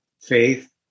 faith